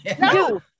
No